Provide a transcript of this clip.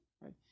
right